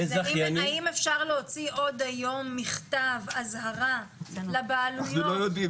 האם אפשר להוציא עוד יום מכתב אזהרה לבעלויות?